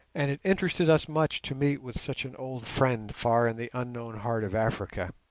and it interested us much to meet with such an old friend far in the unknown heart of africa.